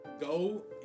go